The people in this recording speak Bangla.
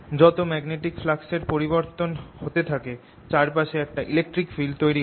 যত ম্যাগনেটিক ফ্লাক্স এর পরিবর্তন হতে থাকে চারপাশে একটা ইলেকট্রিক ফিল্ড তৈরি হয়